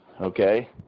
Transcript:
okay